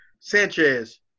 Sanchez